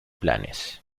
planes